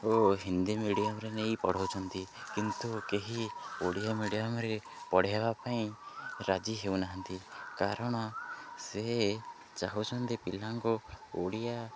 ଓ ହିନ୍ଦୀ ମିଡ଼ିୟମରେ ନେଇ ପଢ଼ୋଉଛନ୍ତି କିନ୍ତୁ କେହି ଓଡ଼ିଆ ମିଡ଼ିୟମରେ ପଢ଼େଇବା ପାଇଁ ରାଜି ହେଉନାହାନ୍ତି କାରଣ ସେ ଚାହୁଁଛନ୍ତି ପିଲାଙ୍କୁ ଓଡ଼ିଆ